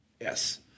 Yes